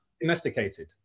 Domesticated